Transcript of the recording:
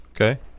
Okay